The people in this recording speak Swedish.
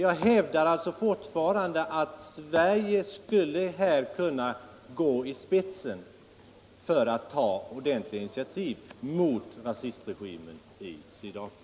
Jag hävdar fortfarande att Sverige här skulle kunna gå i spetsen för att ta ordentliga initiativ mot rasistregimen i Sydafrika.